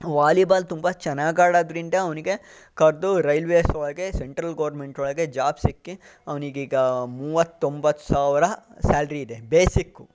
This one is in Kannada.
ವಾಲಿಬಾಲ್ ತುಂಬ ಚೆನ್ನಾಗಿ ಆಡೋದರಿಂದ ಅವನಿಗೆ ಕರೆದು ರೈಲ್ವೇಸ್ ಅವರಿಗೆ ಸೆಂಟ್ರಲ್ ಗೋರ್ಮೆಂಟ್ ಒಳಗೆ ಜಾಬ್ ಸಿಕ್ಕಿ ಅವನಿಗೆ ಈಗ ಮೂವತ್ತೊಂಬತ್ತು ಸಾವಿರ ಸ್ಯಾಲ್ರಿ ಇದೆ ಬೇಸಿಕ್ಕು